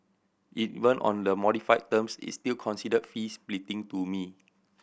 even on the modified terms it's still considered fee splitting to me